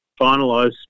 finalised